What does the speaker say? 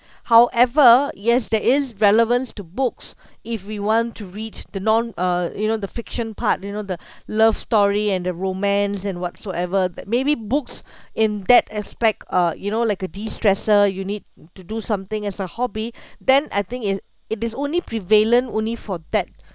however yes there is relevance to books if we want to read the non uh you know the fiction part you know the love story and the romance and whatsoever that maybe books in that aspect uh you know like a de-stressor you need to do something as a hobby then I think it it is only prevalent only for that